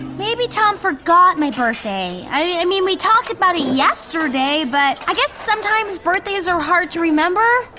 maybe tom forgot my birthday. i mean, we talked about it yesterday but i guess sometimes birthday's are hard to remember,